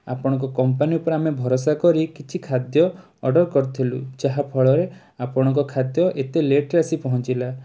ଆପଣଙ୍କ କମ୍ପାନୀ ଉପରେ ଆମେ ଭରସା କରି କିଛି ଖାଦ୍ୟ ଅର୍ଡ଼ର କରିଥିଲୁ ଯାହାଫଳରେ ଆପଣଙ୍କ ଖାଦ୍ୟ ଏତେ ଲେଟ୍ ରେ ଆସି ପହଞ୍ଚିଲା